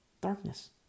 Darkness